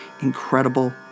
incredible